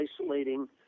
isolating